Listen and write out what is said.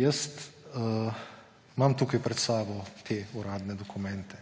jaz imam tukaj pred seboj te uradne dokumente.